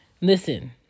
listen